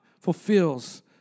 fulfills